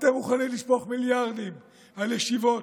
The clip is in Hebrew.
אתם מוכנים לשפוך מיליארדים על ישיבות,